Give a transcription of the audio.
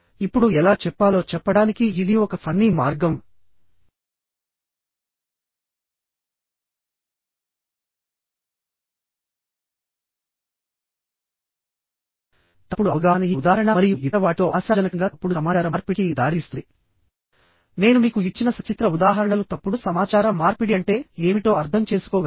ఇప్పుడు ఎలా చెప్పాలో చెప్పడానికి ఇది ఒక ఫన్నీ మార్గం తప్పుడు అవగాహన ఈ ఉదాహరణ మరియు ఇతర వాటితో ఆశాజనకంగా తప్పుడు సమాచార మార్పిడికి దారితీస్తుంది నేను మీకు ఇచ్చిన సచిత్ర ఉదాహరణలు తప్పుడు సమాచార మార్పిడి అంటే ఏమిటో అర్థం చేసుకోగలవు